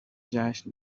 جشن